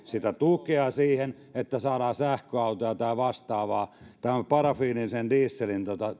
tukea siihen että saadaan sähköautoja tai vastaavaa tämän parafiinisen dieselin